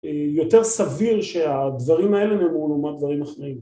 ‫יותר סביר שהדברים האלה ‫נאמרו לעומת דברים אחרים.